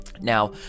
Now